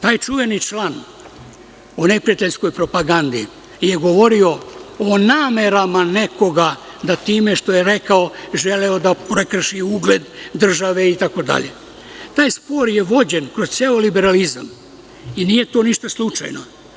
Taj čuveni član o neprijateljskoj propagandi je govorio o namerama nekoga da time što je rekao, želeo da prekrši ugled države, a taj spor je vođen kroz ceo liberalizam i nije to ništa slučajno.